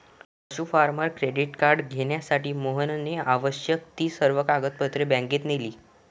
पशु farmer credit card घेण्यासाठी मोहनने आवश्यक ती सर्व कागदपत्रे बँकेत नेली